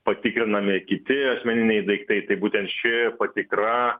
patikrinami kiti asmeniniai daiktai tai būtent ši patikra